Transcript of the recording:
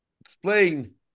explain